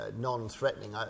non-threatening